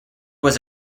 was